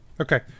okay